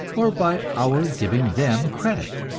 or by our giving them credit.